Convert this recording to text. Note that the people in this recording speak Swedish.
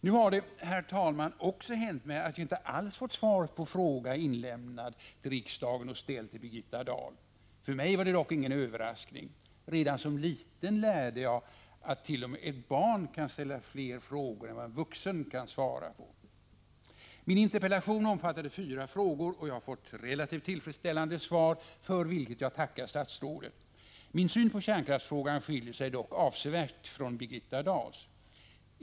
Nu har det, herr talman, också hänt mig att jag inte alls fått svar på fråga, inlämnad till riksdagen och ställd till Birgitta Dahl. För mig var det dock ingen överraskning. Redan som liten lärde jag att t.o.m. ett barn kan ställa fler frågor än en vuxen kan svara på! Min interpellation omfattade fyra frågor, och jag har fått relativt tillfredsställande svar, för vilket jag tackar statsrådet. Min syn på kärnkraftsfrågan skiljer sig dock avsevärt från Birgitta Dahls.